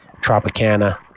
Tropicana